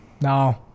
No